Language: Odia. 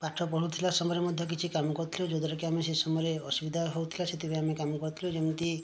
ପାଠ ପଢ଼ୁଥିଲା ସମୟରେ ମଧ୍ୟ କିଛି କାମ କରୁଥିଲୁ ଯୋଉଦ୍ୱାରା କି ଆମେ ସେ ସମୟରେ ଅସୁବିଧା ହେଉଥିଲା ସେଥିପାଇଁ ଆମେ କାମ କରୁଥିଲୁ ଯେମିତି